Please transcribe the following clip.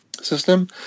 system